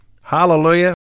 hallelujah